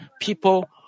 people